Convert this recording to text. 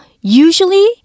usually